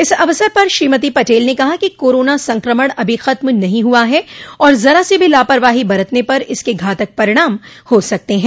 इस अवसर पर श्रीमती पटेल ने कहा कि कोरोना संक्रमण अभी खत्म नहीं हुआ है और जरा सी भी लापरवाही बरतने पर इसके घातक परिणाम हो सकते हैं